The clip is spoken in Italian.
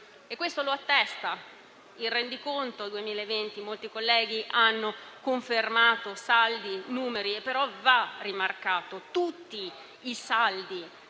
e questo lo attesta il rendiconto 2020. Molti colleghi hanno confermato saldi e numeri, però va rimarcato che tutti i saldi